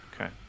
Okay